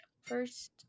first